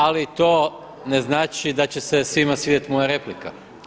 Ali to ne znači da će se svima svidjet moja replika.